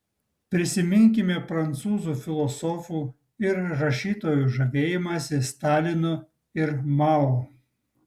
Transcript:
prisiminkime prancūzų filosofų ir rašytojų žavėjimąsi stalinu ir mao